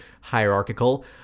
hierarchical